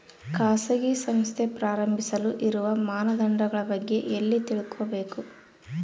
ಖಾಸಗಿ ಸಂಸ್ಥೆ ಪ್ರಾರಂಭಿಸಲು ಇರುವ ಮಾನದಂಡಗಳ ಬಗ್ಗೆ ಎಲ್ಲಿ ತಿಳ್ಕೊಬೇಕು?